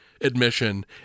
admission